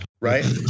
Right